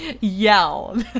yell